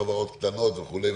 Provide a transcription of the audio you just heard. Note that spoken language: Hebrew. חברות קטנות וכו'.